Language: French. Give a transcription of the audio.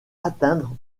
atteindre